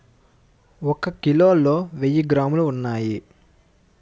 ఒక కిలోలో వెయ్యి గ్రాములు ఉన్నాయి